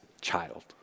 child